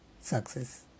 success